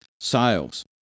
sales